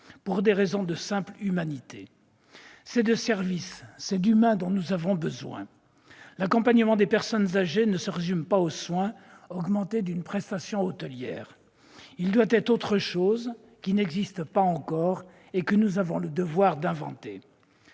pour des raisons de simple humanité. C'est de services, c'est d'humain dont nous avons besoin ! L'accompagnement des personnes âgées ne se résume pas au soin, augmenté d'une prestation hôtelière ; il doit être autre chose qui n'existe pas encore et que nous avons le devoir d'inventer.